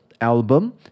album